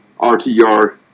RTR